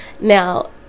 now